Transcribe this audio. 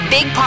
Big